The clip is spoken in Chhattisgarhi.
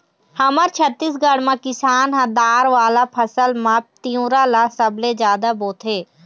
हमर छत्तीसगढ़ म किसान ह दार वाला फसल म तिंवरा ल सबले जादा बोथे